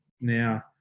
now